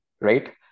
right